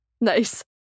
nice